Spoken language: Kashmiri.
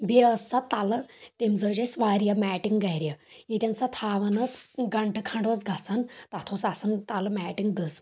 بییٚہِ ٲس سۄ تلہٕ تٔمۍ زٲج اسہِ واریاہ میٹنگ گرِ ییٚتٮ۪ن سۄ تھاوان ٲس گنٹہٕ کھنٛڈ اوس گژھان تتھ اوس آسان تلہٕ میٹنگ دٔزمٕژ